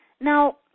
Now